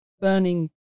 burning